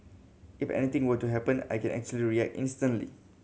if anything were to happen I can actually react instantly